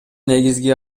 негизги